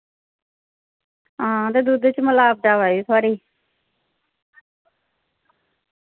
हां ते दुध्दे च मलवाट आवा दी थुआढ़ी